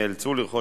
נא להצביע.